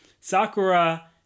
Sakura